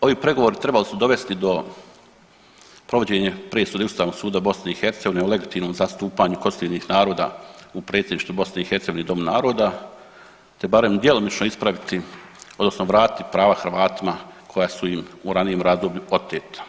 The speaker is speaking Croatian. Ovi pregovori trebali su dovesti do provođenja presude Ustavnog suda BiH o legitimnom zastupanju konstitutivnih naroda u predsjedništvu BiH domu naroda te barem djelomično ispraviti odnosno vratiti prava Hrvatima koja su im u ranijem razdoblju oteta.